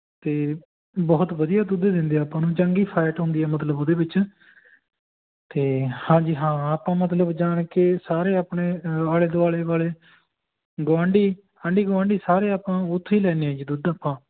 ਅਤੇ ਬਹੁਤ ਵਧੀਆ ਦੁੱਧ ਦਿੰਦੇ ਆ ਆਪਾਂ ਨੂੰ ਚੰਗੀ ਫੈਟ ਹੁੰਦੀ ਹੈ ਮਤਲਬ ਉਹਦੇ ਵਿੱਚ ਅਤੇ ਹਾਂਜੀ ਹਾਂ ਆਪਾਂ ਮਤਲਬ ਜਾਣ ਕੇ ਸਾਰੇ ਆਪਣੇ ਆਲੇ ਦੁਆਲੇ ਵਾਲੇ ਗੁਆਂਢੀ ਆਂਢੀ ਗੁਆਂਢੀ ਸਾਰੇ ਆਪਾਂ ਉੱਥੋਂ ਹੀ ਲੈਂਦੇ ਹਾਂ ਜੀ ਦੁੱਧ ਆਪਾਂ